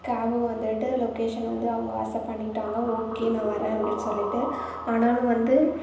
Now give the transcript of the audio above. cab வந்துட்டு location வந்து அவங்க அக்செப்ட் பண்ணிவிட்டாங்க ஓகே நான் வரேன் அப்படின்னு சொல்லிட்டு ஆனாலும் வந்து